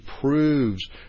proves